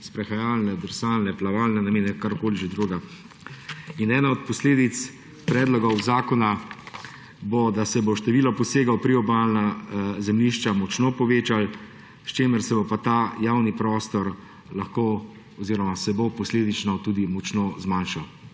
sprehajalne, drsalne, plavalne namene, karkoli že drugega. Ena od posledic predloga zakona bo, da se bo število posegov v priobalna zemljišča močno povečalo, s čimer se bo pa ta javni prostor lahko oziroma se bo posledično tudi močno zmanjšal